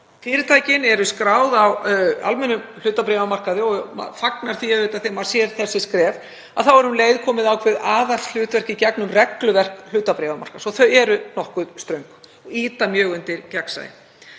fyrirtæki eru skráð á almennum hlutabréfamarkaði — og maður fagnar því auðvitað þegar maður sér þessi skref — þá er um leið komið ákveðið aðhald í gegnum regluverk hlutabréfamarkaðarins og það er nokkuð strangt, ýtir mjög undir gegnsæi.